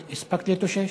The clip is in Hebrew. הספקת להתאושש?